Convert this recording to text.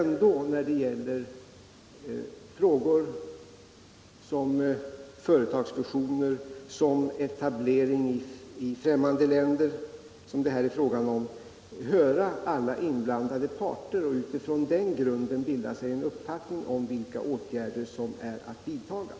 När det gäller frågor som företagsfusioner och etableringar i fräimmande länder, som det här är fråga om, måste man ändå höra alla inblandade parter och på så sätt bilda sig en uppfattning om vilka åtgärder som skall vidtas.